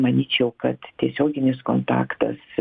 manyčiau kad tiesioginis kontaktas